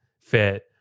fit